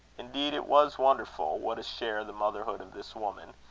indeed it was wonderful what a share the motherhood of this woman,